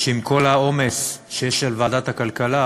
שעם כל העומס שיש על ועדת הכלכלה